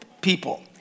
people